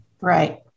Right